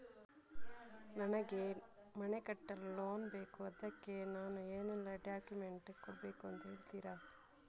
ನನಗೆ ಮನೆ ಕಟ್ಟಲು ಲೋನ್ ಬೇಕು ಅದ್ಕೆ ನಾನು ಏನೆಲ್ಲ ಡಾಕ್ಯುಮೆಂಟ್ ಕೊಡ್ಬೇಕು ಅಂತ ಹೇಳ್ತೀರಾ?